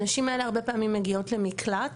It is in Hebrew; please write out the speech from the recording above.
הנשים האלה הרבה פעמים מגיעות למקלט,